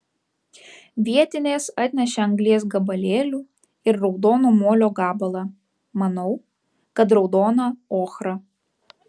vietinės atnešė anglies gabalėlių ir raudono molio gabalą manau kad raudoną ochrą